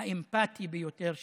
האמפתי ביותר שהיה.